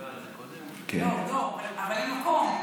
לא, לא, אבל אין מקום.